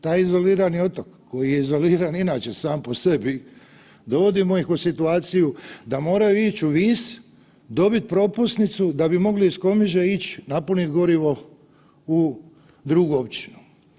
Taj izolirani otok, koji je izoliran i inače sam po sebi, dovodimo ih u situaciju da moraju ići u Vis, dobit propusnicu da bi mogli iz Komiže ić napuniti gorivo u drugu općinu.